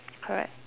correct